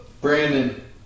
Brandon